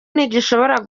ntigishobora